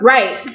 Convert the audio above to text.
Right